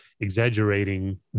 exaggerating